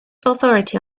authority